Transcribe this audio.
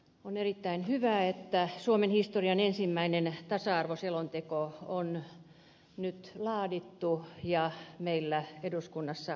on erittäin hyvä että suomen historian ensimmäinen tasa arvoselonteko on nyt laadittu ja meillä eduskunnassa käsittelyssä